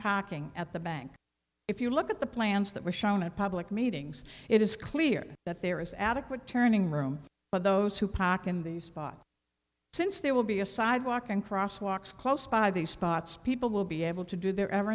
parking at the bank if you look at the plans that were shown at public meetings it is clear that there is adequate turning room but those who pock in the spot since there will be a sidewalk and crosswalks close by these spots people will be able to do their rever